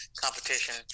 competition